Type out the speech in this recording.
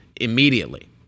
immediately